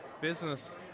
business